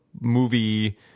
movie